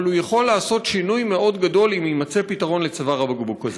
אבל הוא יכול לעשות שינוי מאוד גדול אם יימצא פתרון לצוואר הבקבוק הזה.